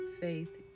faith